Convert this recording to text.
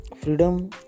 freedom